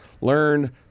Learn